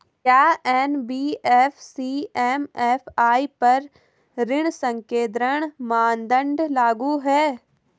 क्या NBFC MFI पर ऋण संकेन्द्रण मानदंड लागू हैं?